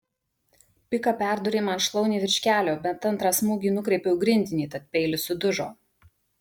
pika perdūrė man šlaunį virš kelio bet antrą smūgį nukreipiau į grindinį tad peilis sudužo